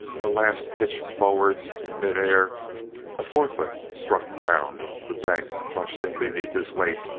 a last pitch forwards in mid-air a forefoot struck ground, the bank crushed in beneath his weight,